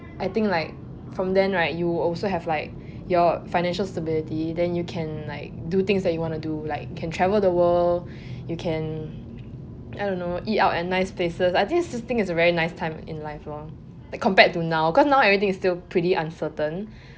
I think like from then right you would also have like your financial stability then you can like do things that you want to do like you can travel the world you can I don't know eat out at nice places I think this thing is a very nice time in life lor compared to now cause now everything is still pretty uncertain